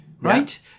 right